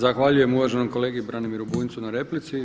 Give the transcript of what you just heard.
Zahvaljujem uvaženom kolegi Branimiru Bunjcu na replici.